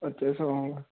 వచ్చే సోమవారం